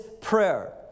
prayer